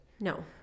No